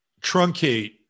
truncate